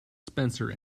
spencer